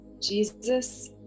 Jesus